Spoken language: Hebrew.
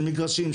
של מגרשים,